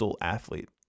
athlete